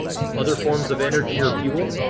other forms of energy or fuel.